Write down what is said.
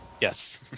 Yes